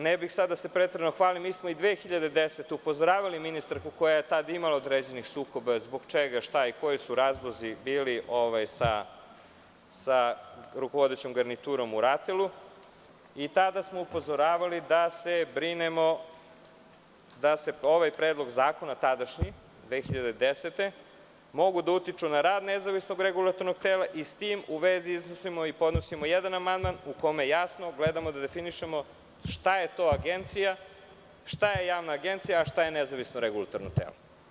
Ne bih sada da se preterano hvalim, ali, mi smo i 2010. godine upozoravali ministarku koja je tada imala određenih sukoba, zbog čega, šta i koji su razlozi, sa rukovodećom garniturom u RATEL-u, i tada smo upozoravali da se brinemo da ovaj predlog zakona, tadašnji, 2010. godine, može da utiče na rad nezavisnog regulatornog tela i s tim u vezi iznosimo i podnosimo jedan amandman u kome jasno gledamo da definišemo šta je to agencija, šta je javna agencija a šta je nezavisno regulatorno telo.